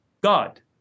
God